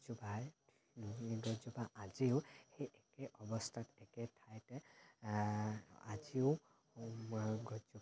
এই গছজোপাই এই গছজোপা আজিও সেই একে অৱস্থাত একে ঠাইতে আজিও